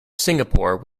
singapore